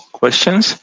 questions